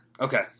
Okay